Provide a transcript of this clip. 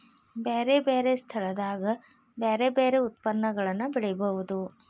ಬ್ಯಾರೆ ಬ್ಯಾರೆ ಸ್ಥಳದಾಗ ಬ್ಯಾರೆ ಬ್ಯಾರೆ ಯತ್ಪನ್ನಗಳನ್ನ ಬೆಳೆಯುದು